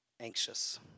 anxious